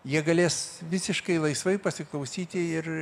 jie galės visiškai laisvai pasiklausyti ir